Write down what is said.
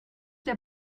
der